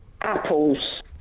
apples